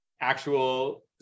actual